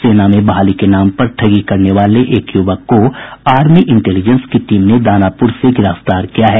सेना में बहाली के नाम पर ठगी करने वाले एक युवक को आर्मी इंटेलिजेंस की टीम ने दानापुर से गिरफ्तार किया है